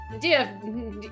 dear